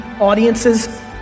audiences